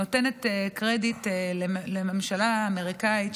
נותנת קרדיט לממשלה האמריקאית,